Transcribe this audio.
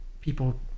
people